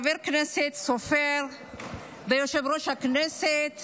חבר הכנסת סופר ויושב-ראש הכנסת